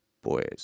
pues